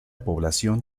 población